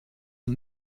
und